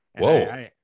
Whoa